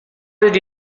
did